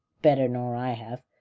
better nor i have.